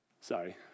Sorry